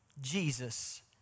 jesus